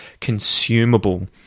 consumable